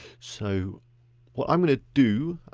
so what i'm gonna do,